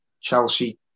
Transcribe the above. Chelsea